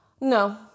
No